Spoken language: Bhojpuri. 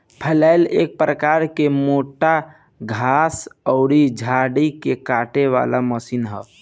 फलैल एक प्रकार के मोटा घास अउरी झाड़ी के काटे वाला मशीन ह